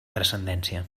transcendència